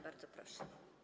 Bardzo proszę.